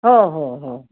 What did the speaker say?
हो हो हो